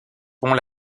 pont